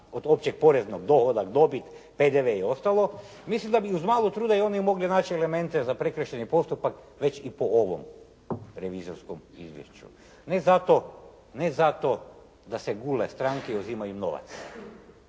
od opće poreznog dohodak, dobit, PDV i ostalo, mislim da bi uz malo truda i oni mogli naći elemente za prekršajni postupak već i po ovom revizorskom izvješću, ne zato da se gule stranke i uzima im novac,